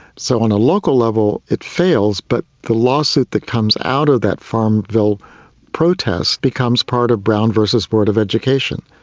so on a local level it fails, but the lawsuit that comes out of that farmville protest becomes part of brown versus board of education,